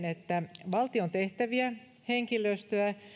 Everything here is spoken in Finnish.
että valtion tehtäviä henkilöstöä